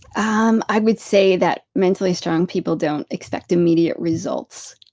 um i would say that mentally strong people don't expect immediate results.